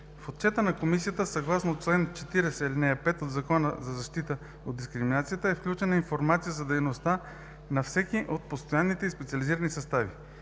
В Отчета на Комисията, съгласно чл. 40, ал. 5 от Закона за защита от дискриминация, е включена информация за дейността на всеки от постоянните й специализирани състави.